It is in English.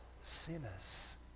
sinners